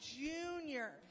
Junior